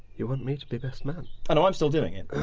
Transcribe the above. you want me to be best man? oh no, i'm still doing it.